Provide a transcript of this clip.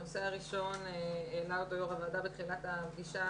הנושא הראשון העלה אותו יו"ר הוועדה בתחילת הפגישה,